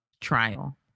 trial